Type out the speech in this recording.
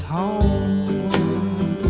home